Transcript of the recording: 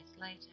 later